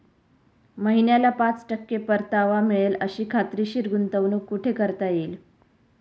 महिन्याला पाच टक्के परतावा मिळेल अशी खात्रीशीर गुंतवणूक कुठे करता येईल?